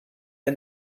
der